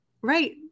right